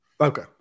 Okay